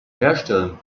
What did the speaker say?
herstellen